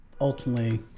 ultimately